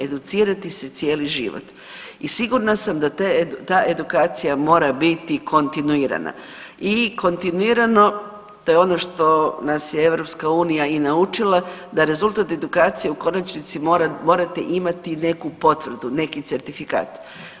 Educirati se cijeli život i sigurna sam da ta edukacija mora biti kontinuirana i kontinuirano, to je ono što nas je i EU naučila, da rezultat edukacije u konačnici morate imate i neku potvrdu, neki certifikat.